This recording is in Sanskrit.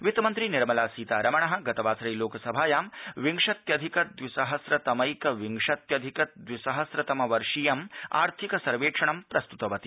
वित्तमन्त्री निर्मला सीतारमण गतवासरे लोकसभायाम् विंशत्यधिक द्विसहस्रतमैक विंशत्यधिक द्विसहस्रतम वर्षीयम् आर्थिक सर्वेक्षणं प्रस्तृतवती